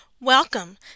Welcome